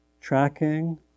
tracking